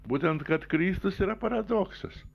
būtent kad kristus yra paradoksas